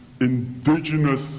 indigenous